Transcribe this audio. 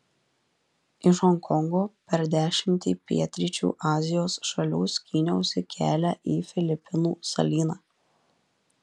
iš honkongo per dešimtį pietryčių azijos šalių skyniausi kelią į filipinų salyną